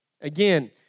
Again